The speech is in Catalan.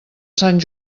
sant